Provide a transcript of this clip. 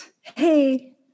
hey